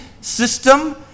system